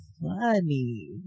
funny